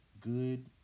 good